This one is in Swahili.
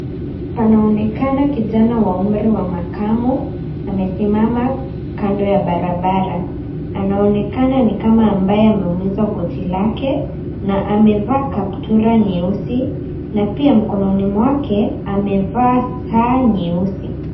Panaonekana kijana wa umri wa makamo, amesimama kando ya barabara. Anaonekana nikama ambaye ameumizwa goti lake, na amevaa kaptura nyeusi na pia mkononi mwake amevaa saa nyeusi.